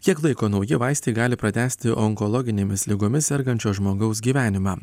kiek laiko nauji vaistai gali pratęsti onkologinėmis ligomis sergančio žmogaus gyvenimą